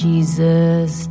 Jesus